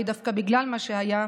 ודווקא בגלל מה שהיה,